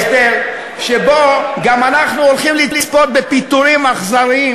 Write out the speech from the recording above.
הסדר שבו אנחנו גם הולכים לצפות בפיטורים אכזריים